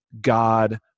God